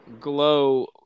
glow